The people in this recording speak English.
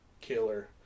killer